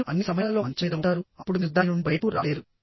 మీరు అన్ని సమయాలలో మంచం మీద ఉంటారు అప్పుడు మీరు దాని నుండి బయటకు రాలేరు